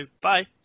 bye